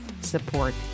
support